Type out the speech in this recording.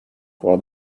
for